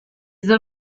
soll